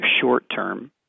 short-term